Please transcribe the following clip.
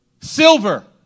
Silver